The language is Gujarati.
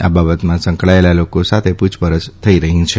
આ બાબતના સંકળાયેલા લોકો સાથે પુછ પરછ થઈ રહી છે